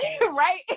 right